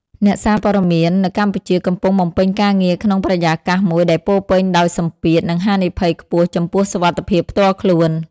អ្នកសារព័ត៌មាននៅកម្ពុជាកំពុងបំពេញការងារក្នុងបរិយាកាសមួយដែលពោរពេញដោយសម្ពាធ និងហានិភ័យខ្ពស់ចំពោះសុវត្ថិភាពផ្ទាល់ខ្លួន។